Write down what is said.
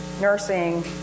nursing